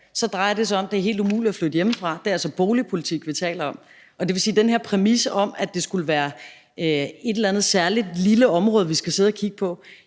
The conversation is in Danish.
så drejer det sig om lande, hvor det er helt umuligt at flytte hjemmefra. Det er altså boligpolitik, vi taler om. I modsætning til den her præmis om, at det skulle være et eller andet særligt, lille område, vi skal sidde og kigge på,